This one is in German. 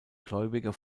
gläubiger